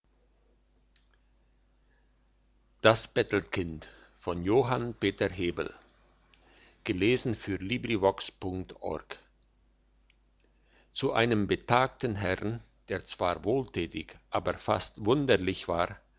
zu einem betagten herrn der zwar wohltätig aber fast wunderlich war